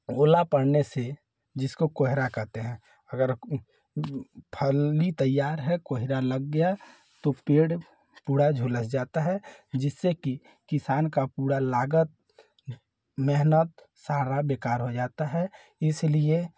ओला पड़ने से जिसको कोहरा कहते हैं अगर फली तैयार है कोहरा लग गया तो पेड़ पूरा झुलस जाता है जिससे की किसान का पूरा लागत मेहनत सारा बेकार हो जाता है इसलिए